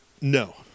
no